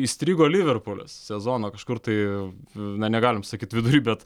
įstrigo liverpulis sezono kažkur tai na negalim sakyt vidury bet